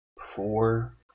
four